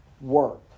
work